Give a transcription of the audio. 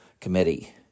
committee